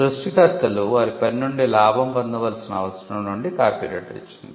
సృష్టికర్తలు వారి పని నుండి లాభం పొందవలసిన అవసరం నుండి కాపీరైట్ వచ్చింది